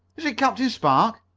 is it captain spark?